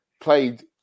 played